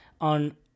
on